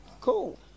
Cool